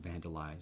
vandalized